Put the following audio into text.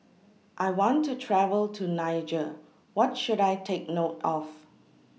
I want to travel to Niger What should I Take note of